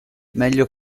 meglio